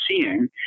seeing